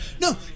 No